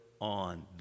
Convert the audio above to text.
on